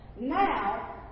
Now